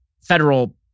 federal